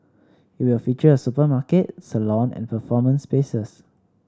it will features a supermarket salon and performance spaces